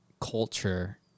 culture